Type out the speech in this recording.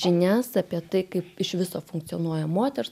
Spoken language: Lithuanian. žinias apie tai kaip iš viso funkcionuoja moters